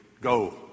go